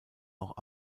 auch